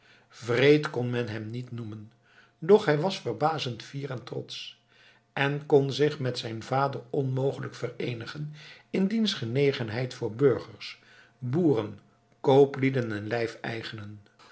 wreed kon men hem niet noemen doch hij was verbazend fier en trotsch en kon zich met zijn vader onmogelijk vereenigen in diens genegenheid voor burgers boeren kooplieden en